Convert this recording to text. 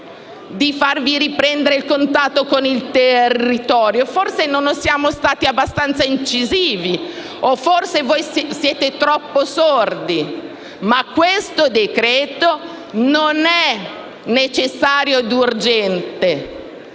di farvi riprendere il contatto con il territorio. Forse non siamo stati abbastanza incisivi o forse voi siete troppo sordi, ma questo decreto-legge non è necessario e urgente.